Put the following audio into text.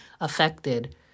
affected